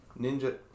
ninja